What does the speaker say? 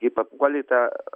kai papuoli į tą